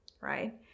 right